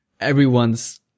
everyone's